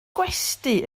gwesty